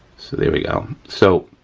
so there we go. so,